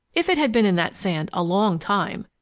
if it had been in that sand a long time,